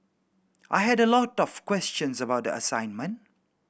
I had a lot of questions about the assignment